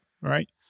right